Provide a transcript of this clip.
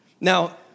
Now